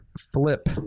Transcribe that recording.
flip